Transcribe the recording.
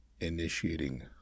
Initiating